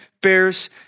bears